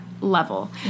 level